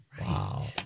Wow